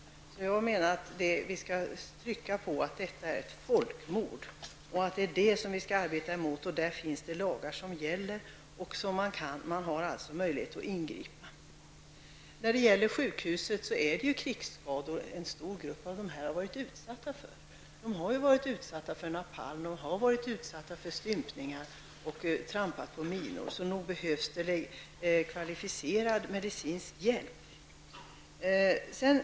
Vi måste trycka på att detta är ett folkmord och att det är det vi skall arbeta emot. På det området finns det lagar som gäller. Man har således möjligheter att ingripa. När det gäller sjukhuset har en stor del av gruppens medlemmar varit utsatta för krigsskador. De har varit utsatta för napalm och stympningar och de har trampat på minor. Nog behövs det kvalificerad medicinsk hjälp.